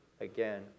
again